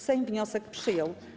Sejm wniosek przyjął.